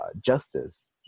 justice